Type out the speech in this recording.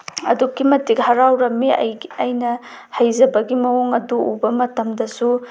ꯑꯗꯨꯛꯀꯤ ꯃꯇꯤꯛ ꯍꯔꯥꯎꯔꯝꯃꯤ ꯑꯩꯅ ꯍꯩꯖꯕꯒꯤ ꯃꯑꯣꯡ ꯑꯗꯨ ꯎꯕ ꯃꯇꯝꯗꯁꯨ